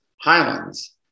Highlands